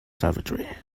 savagery